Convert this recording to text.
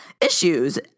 issues